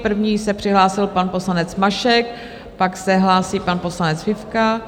První se přihlásil pan poslanec Mašek, pak se hlásí pan poslanec Fifka.